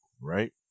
Right